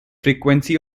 frequency